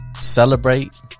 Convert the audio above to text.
Celebrate